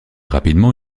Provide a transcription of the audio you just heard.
rapidement